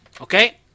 okay